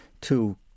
two